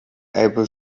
able